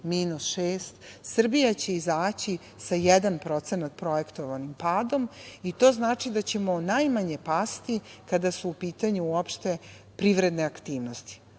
minus 6%. Srbija će izaći sa jedan procenat projektovanim padom i to znači da ćemo najmanje pasti kada su u pitanju uopšte privredne aktivnosti.